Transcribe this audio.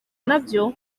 nabyo